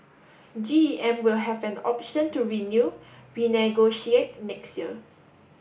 G E M will have an option to renew renegotiate next year